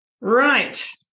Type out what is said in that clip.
Right